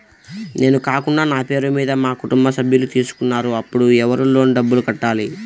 నేను కాకుండా నా పేరు మీద మా కుటుంబ సభ్యులు తీసుకున్నారు అప్పుడు ఎవరు లోన్ డబ్బులు కట్టాలి?